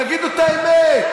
תגידו את האמת.